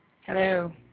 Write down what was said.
Hello